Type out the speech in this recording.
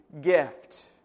gift